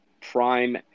prime